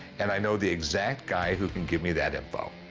and i know the exact guy who can give me that info.